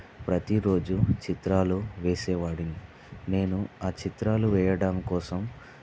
ప్రతీరోజు చిత్రాలు వేసేవాడిని నేను ఆ చిత్రాలు వేయడం కోసం